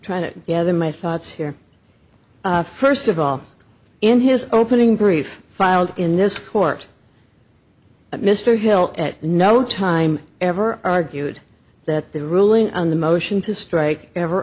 gather my thoughts here first of all in his opening brief filed in this court mr hill at no time ever argued that the ruling on the motion to strike ever